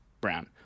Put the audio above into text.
Brown